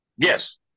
Yes